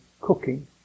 cooking